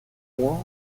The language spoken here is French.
loin